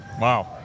Wow